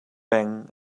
peng